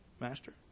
Master